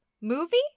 movie